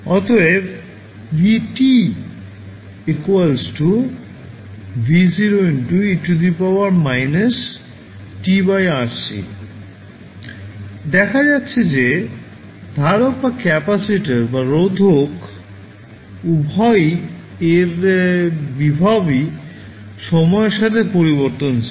অতএব v V e−tRC দেখা যাচ্ছে যে ধারক বা রোধক উভয় এর ভোল্টেজ e সময় এর সাথে পরিবর্তনশীল